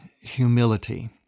humility